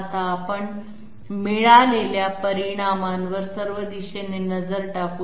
आता आपण मिळालेल्या परिणामांवर सर्व दिशेने नजर टाकू